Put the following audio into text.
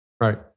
Right